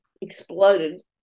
exploded